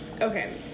Okay